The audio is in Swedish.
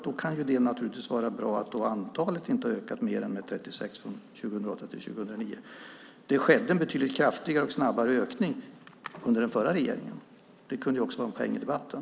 Då kan det vara bra att antalet barn inte har ökat med mer än 36 från 2008 till 2009. Det skedde en kraftigare och snabbare ökning under den förra regeringen. Det kan också vara en poäng i debatten.